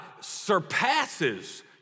surpasses